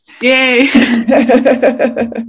Yay